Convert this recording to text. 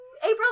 April